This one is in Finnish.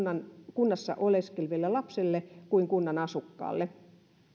kunnassa oleskeleville lapsille kuin kunnan asukkaalle